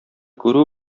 күрү